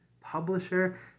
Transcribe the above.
Publisher